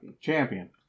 Champion